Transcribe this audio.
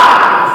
מה?